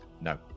no